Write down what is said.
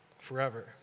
forever